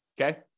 Okay